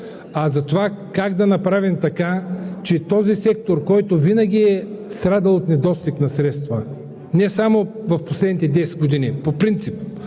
миналото, а как да направим така, че този сектор, който винаги е страдал от недостиг на средства, не само в последните 10 години, а по принцип